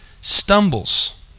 stumbles